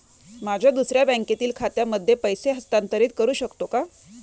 माझ्या दुसऱ्या बँकेतील खात्यामध्ये पैसे हस्तांतरित करू शकतो का?